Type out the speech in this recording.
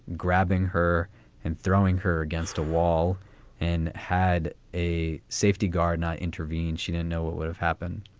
grabbing her and throwing her against a wall and had a safety guard not intervene. she didn't know what would have happened.